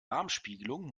darmspiegelung